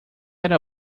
era